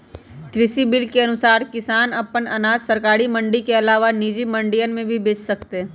कृषि बिल के अनुसार किसान अपन अनाज सरकारी मंडी के अलावा निजी मंडियन में भी बेच सकतय